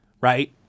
right